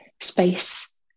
space